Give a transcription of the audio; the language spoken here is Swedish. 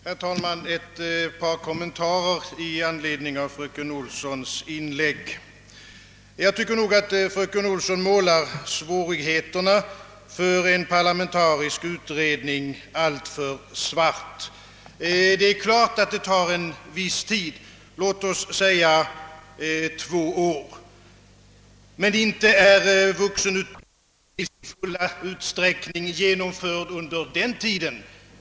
Herr talman! Ett par kommentarer i anledning av fröken Olssons inlägg. Jag tycker nog, att fröken Olsson målar upp alltför stora svårigheter för den parlamentariska utredningen. Det är klart, att en utredning tar en viss tid, låt oss säga två år. Men inte har vuxenundervisningen hunnit genomföras i sin fulla utsträckning under den tiden!